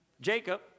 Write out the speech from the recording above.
Jacob